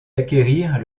d’acquérir